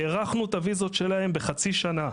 הארכנו את הויזות שלה בחצי שנה.